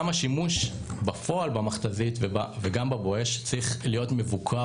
השימוש בפועל במכת"זית וגם ב"בואש" צריך להיות מבוקר